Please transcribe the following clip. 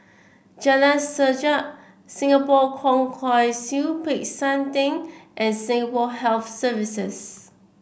Jalan Sajak Singapore Kwong Wai Siew Peck San Theng and Singapore Health Services